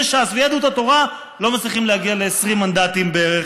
וש"ס ויהדות התורה לא מצליחים להגיע ל-20 מנדטים בערך,